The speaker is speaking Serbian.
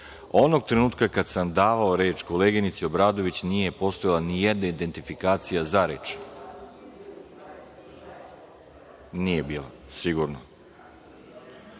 trenutka kad sam dao reč koleginici Obradović nije postojala nijedna identifikacija za reč, nije bila